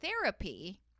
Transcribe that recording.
therapy